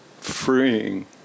freeing